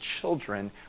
children